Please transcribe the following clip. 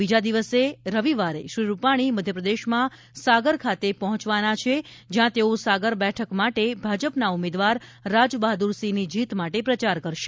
બીજા દિવસે રવિવારે શ્રી રૂપાણી મધ્યપ્રદેશમાં સાગર ખાતે પહોંચવાના છે જ્યાં તેઓ સાગર બેઠક માટે ભાજપના ઉમેદવાર રાજબહાદૂરસિંહની જીત માટે પ્રચાર કરશે